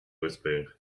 whispering